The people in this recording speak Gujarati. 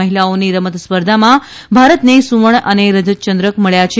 મહિલાઓની રમત સ્પર્ધામાં ભારતને સુવર્ણ અને રજત ચંદ્રક મબ્યા છે